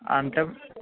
అంటే